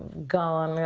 go on.